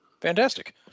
Fantastic